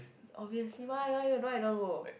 obviously why why you don't I don't go